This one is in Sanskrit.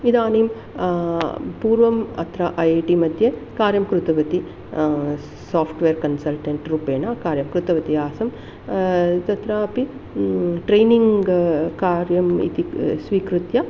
इदानीं पूर्वम् अत्र ऐ ऐ टिमध्ये कार्यं कृतवती साफ़्ट्वेर् कन्सल्टेण्ट्रूपेण कार्यं कृतवती आसम् तत्रापि ट्रैनिङ्ग् कार्यम् इति स्वीकृत्य